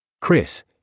Chris